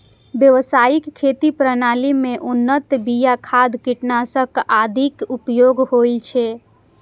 व्यावसायिक खेती प्रणाली मे उन्नत बिया, खाद, कीटनाशक आदिक उपयोग होइ छै